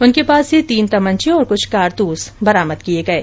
उनके पास से तीन तमंचे और कुछ कारतूस बरामद किये गये